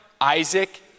isaac